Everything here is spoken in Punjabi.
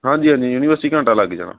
ਹਾਂਜੀ ਹਾਂਜੀ ਯੂਨੀਵਸਟੀ ਘੰਟਾ ਲੱਗ ਜਾਣਾ